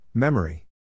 Memory